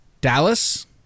Dallas